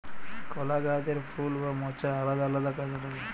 কলা গাহাচের ফুল বা মচা আলেদা আলেদা কাজে লাগে